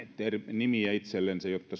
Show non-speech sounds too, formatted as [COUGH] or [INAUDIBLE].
nimiä itsellensä jotta [UNINTELLIGIBLE]